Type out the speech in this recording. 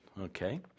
Okay